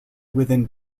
within